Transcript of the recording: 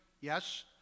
Yes